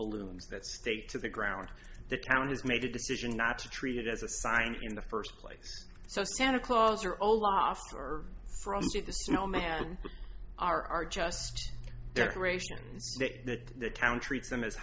balloons that state to the ground the county has made a decision not to treat it as a sign in the first place so santa claus or olaf or from the snowman are are just decorations that the town treats them as